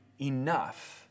enough